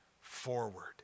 forward